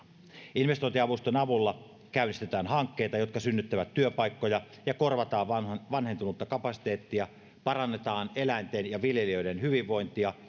investointiavustusten avulla käynnistetään hankkeita jotka synnyttävät työpaikkoja ja lisäksi korvataan vanhentunutta kapasiteettia parannetaan eläinten ja viljelijöiden hyvinvointia